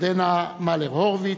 ירדנה מלר-הורוביץ,